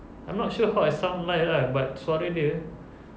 I'm not sure how I sound like lah but suara dia